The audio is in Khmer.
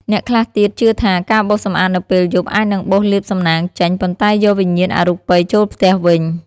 អ្នកខ្លះទៀតជឿថា ការបោសសម្អាតនៅពេលយប់ អាចនឹងបោសលាភសំណាង ចេញ ប៉ុន្តែយកវិញ្ញាណអរូបីចូលផ្ទះវិញ។